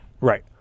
right